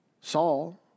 Saul